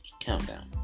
Countdown